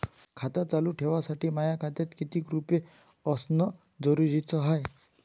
खातं चालू ठेवासाठी माया खात्यात कितीक रुपये असनं जरुरीच हाय?